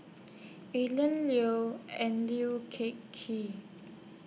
alien Liu and Liu Ker Kee